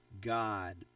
God